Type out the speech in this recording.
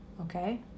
okay